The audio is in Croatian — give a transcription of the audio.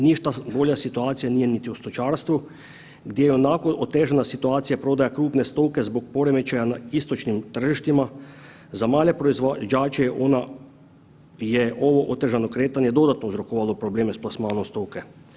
Ništa bolja situacija nije niti u stočarstvu gdje je i onako otežana situacija prodaja krupne stoke zbog poremećaja na istočnim tržištima za male proizvođače je ovo otežano kretanja dodatno uzrokovalo s plasmanom stoke.